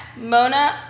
Mona